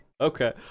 Okay